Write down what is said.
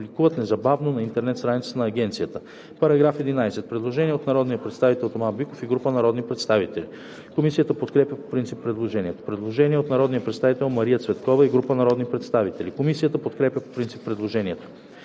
По § 12 има предложение от народния представител Боряна Георгиева и група народни представители. Комисията подкрепя по принцип предложението. Предложение от народния представител Велислава Кръстева и група народни представители. Комисията подкрепя по принцип предложението.